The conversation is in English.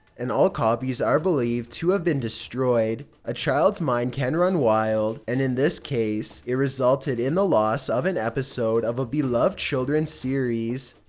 and all copies are believed to have been destroyed. a child's mind can run wild, and in this case, it resulted in the loss of an episode of a beloved children's series.